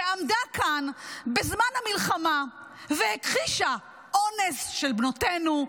שעמדה כאן בזמן המלחמה והכחישה אונס של בנותינו,